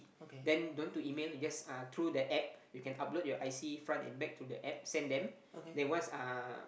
then don't need to email you just uh through the App you can upload your I_C front and back to the App send them then once uh